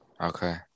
Okay